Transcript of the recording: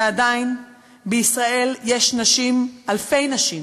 ועדיין בישראל יש נשים, אלפי נשים,